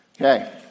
Okay